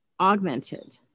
augmented